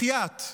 בחייאת,